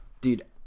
Dude